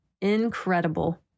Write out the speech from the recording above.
Incredible